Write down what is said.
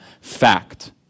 fact